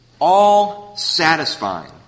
all-satisfying